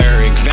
Eric